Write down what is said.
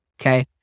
okay